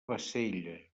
bassella